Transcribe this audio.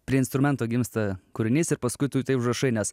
prie instrumento gimsta kūrinys ir paskui tu tai užrašai nes